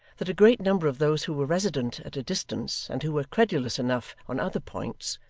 that a great number of those who were resident at a distance, and who were credulous enough on other points,